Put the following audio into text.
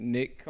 Nick